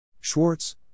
Schwartz